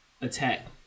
attack